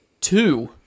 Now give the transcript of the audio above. two